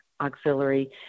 auxiliary